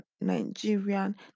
Nigerian